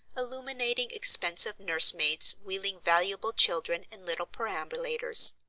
illuminating expensive nurse-maids wheeling valuable children in little perambulators.